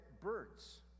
birds